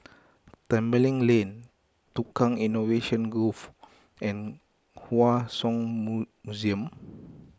Tembeling Lane Tukang Innovation Grove and Hua Song Museum